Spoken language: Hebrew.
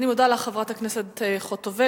אני מודה לך, חברת הכנסת חוטובלי.